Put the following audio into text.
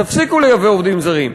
תפסיקו לייבא עובדים זרים.